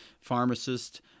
pharmacist